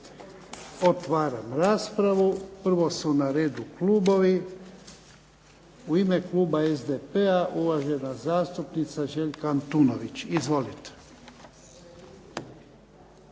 Otvaram raspravu. Prvo su na redu klubovi. U ime Kluba SDP-a uvažena zastupnica Željka Antunović. Izvolite.